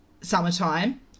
Summertime